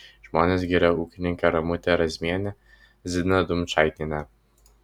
žmonės giria ūkininkę ramutę razmienę ziną dumčaitienę